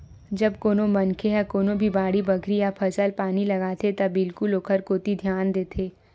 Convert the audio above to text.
जब कोनो मनखे ह कोनो भी बाड़ी बखरी या फसल पानी लगाथे त बिल्कुल ओखर कोती धियान देथे